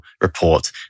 report